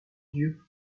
dieu